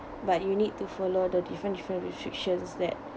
but you need to follow the different different restrictions that